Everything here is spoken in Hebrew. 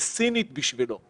זה סינית בשבילו.